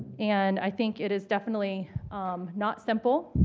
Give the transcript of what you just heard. and i think it is definitely not simple.